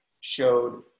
showed